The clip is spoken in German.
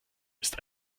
ist